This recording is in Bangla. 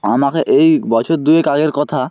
আমাকে এই বছর দুয়েক আগের কথা